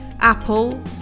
Apple